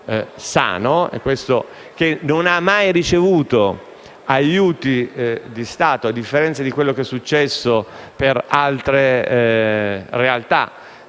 sano - che non ha mai ricevuto aiuti di Stato, a differenza di quello che è successo in altre realtà.